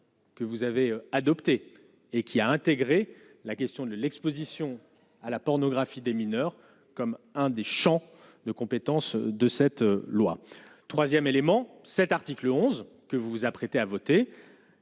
Que vous avez adoptées et qui a intégré la question de l'Exposition à la pornographie des mineurs, comme un des champs de compétence de cette loi 3ème élément cet article 11 que vous vous apprêtez à voter